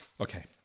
Okay